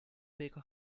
baker